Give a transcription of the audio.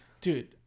Dude